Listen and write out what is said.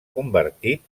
convertit